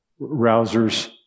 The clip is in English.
rousers